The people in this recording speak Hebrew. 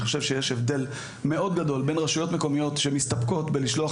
אני חושב שיש הבדל מאוד גדול בין רשויות מקומיות שמסתפקות בלשלוח